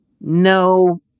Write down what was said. no